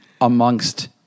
amongst